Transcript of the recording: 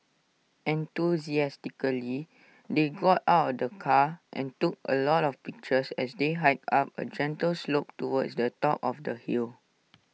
enthusiastically they got out of the car and took A lot of pictures as they hiked up A gentle slope towards the top of the hill